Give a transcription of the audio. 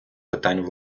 питань